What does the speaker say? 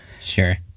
sure